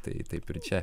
tai taip ir čia